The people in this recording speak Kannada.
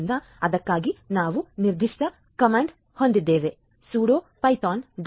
ಆದ್ದರಿಂದ ಅದಕ್ಕಾಗಿ ನಾವು ನಿರ್ದಿಷ್ಟ ಆಜ್ಞೆಯನ್ನು ಹೊಂದಿದ್ದೇವೆ "ಸುಡೋ ಪೈಥಾನ್